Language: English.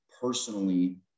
personally